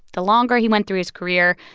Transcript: the longer he went through his career,